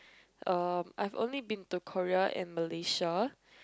uh I have only been to Korea and Malaysia